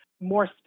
More